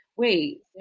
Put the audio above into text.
wait